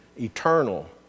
eternal